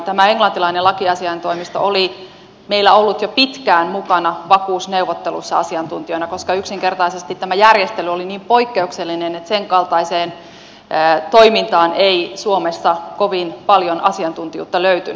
tämä englantilainen lakiasiaintoimisto oli meillä ollut jo pitkään mukana vakuusneuvotteluissa asiantuntijana koska yksinkertaisesti tämä järjestely oli niin poikkeuksellinen että senkaltaiseen toimintaan ei suomessa kovin paljon asiantuntijuutta löytynyt